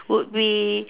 would be